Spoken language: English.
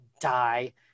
die